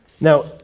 Now